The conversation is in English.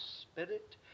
Spirit